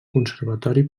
conservatori